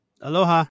Aloha